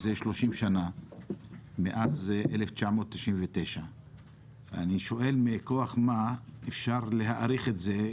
של 30 שנים מאז 1999. מכוח מה אפשר להאריך את זה,